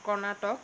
Karnataka